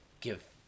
give